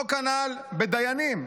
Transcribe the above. אותו כנ"ל בדיינים,